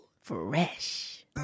Fresh